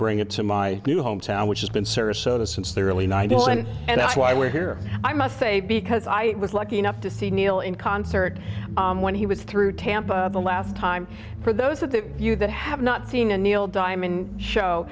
bring it to my new hometown which has been sarasota since the early ninety's and that's why we're here i must say because i was lucky enough to see neil in concert when he was through tampa the last time for those that you that have not seen a neil diamond show